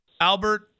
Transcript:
Albert